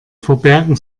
verbergen